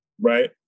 right